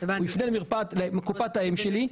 הוא יפנה לקופת האם שלי.